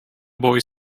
boy